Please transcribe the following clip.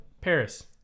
Paris